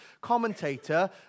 commentator